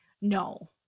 No